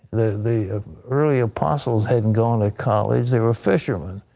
the the early apostles hadn't gone to college. they were fishermen.